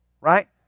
Right